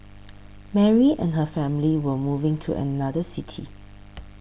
Mary and her family were moving to another city